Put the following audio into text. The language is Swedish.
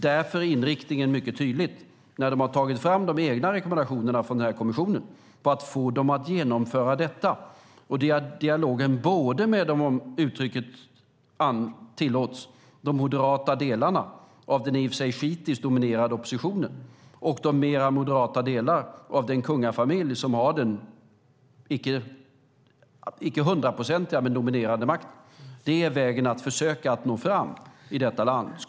Därför är inriktningen mycket tydlig när man har tagit fram de egna rekommendationerna från kommissionen på att få dem att genomföra detta och dialogen både med - om uttrycket tillåts - de moderata delarna av den i och för sig shiitiskt dominerade oppositionen och de mer moderata delarna av den kungafamilj som har den icke hundraprocentiga men dominerande makten. Det är vägen att försöka nå fram i detta land.